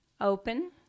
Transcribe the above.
Open